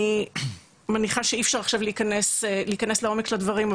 אני מניחה שאי אפשר עכשיו להיכנס לעומק של הדברים,